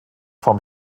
vom